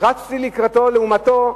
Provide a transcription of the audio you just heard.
רצתי לקראתו, לעומתו,